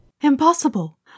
Impossible